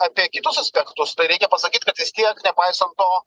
apie kitus aspektus reikia pasakyt kad vis tiek nepaisant to